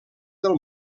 del